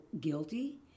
guilty